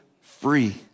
free